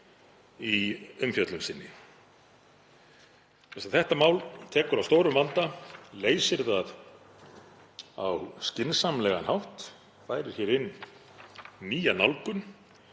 í umfjöllun sinni. Þetta mál tekur á stórum vanda, leysir hann á skynsamlegan hátt, færir hér inn nýja nálgun